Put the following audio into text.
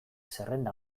zerrenda